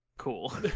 cool